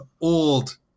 old